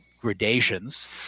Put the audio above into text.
gradations